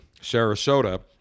Sarasota